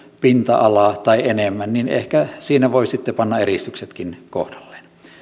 pinta alaa tai enemmän niin ehkä siinä voi sitten panna eristyksetkin kohdalleen